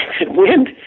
wind